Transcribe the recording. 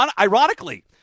ironically